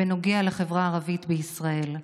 בנוגע לחברה הערבית בישראל.